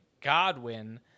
Godwin –